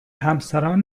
همسران